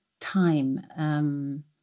time